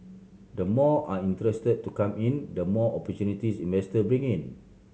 the more are interested to come in the more opportunities investor bring in